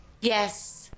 yes